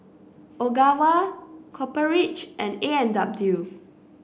Ogawa Copper Ridge and A and W